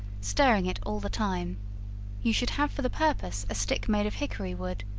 stirring it all the time you should have for the purpose a stick made of hickory wood,